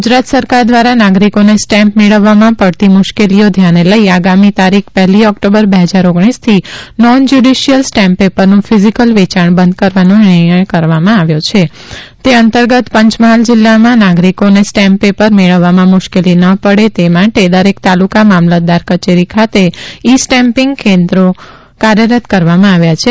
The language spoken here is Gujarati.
ગુજરાત સરકાર દ્વારા નાગરિકોને સ્ટેમ્પ મેળવવામાં પડતી મુશ્કેલીઓ ધ્યાને લઈ આગામી પહેલી ઓક્ટોબરથી નોન જ્યુડીશીયલ સ્ટેમ્પ પેપરનું ફિઝિકલ વેચાણ બંધ કરવાનો નિર્ણય કરવામાં આવ્યો છે જે અંતર્ગત પંચમહાલ જિલ્લામાં નાગરિકોને સ્ટેમ્પ પેપર મેળવવામાં મુશ્કેલી ન પડે તે માટે દરેક તાલુકા મામલતદાર કચેરી ખાતે ઈ સ્ટેમ્પિંગ કેન્દ્રો કાર્યરત કરવામાં આવ્યા છે